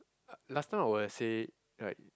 uh last time I would have say like